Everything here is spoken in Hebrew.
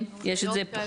יש כבר.